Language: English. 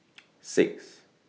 six